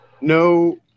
no